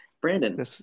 Brandon